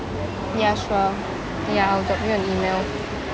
ya sure ya I'll drop you an email